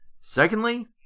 Secondly